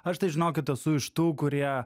aš tai žinokit esu iš tų kurie